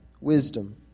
wisdom